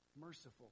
merciful